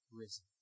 risen